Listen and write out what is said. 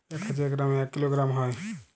এক হাজার গ্রামে এক কিলোগ্রাম হয়